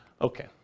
Okay